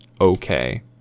okay